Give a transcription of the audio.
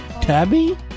tabby